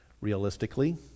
Realistically